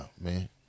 man